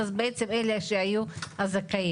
אז בעצם אלה שהיו הזכאים.